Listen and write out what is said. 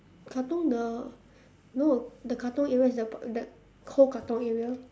katong the no the katong area is the the whole katong area